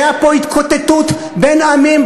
הייתה פה התקוטטות בין העמים,